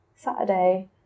Saturday